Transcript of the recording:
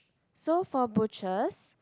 so for butchers